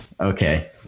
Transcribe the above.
Okay